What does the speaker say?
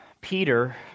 Peter